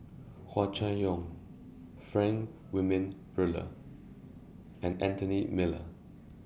Hua Chai Yong Frank Wilmin Brewer and Anthony Miller